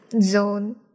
zone